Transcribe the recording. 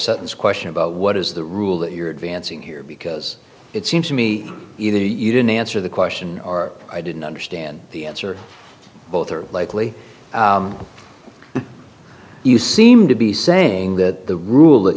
sutton's question about what is the rule that you're advancing here because it seems to me either you didn't answer the question or i didn't understand the answer both are likely you seem to be saying that the rule that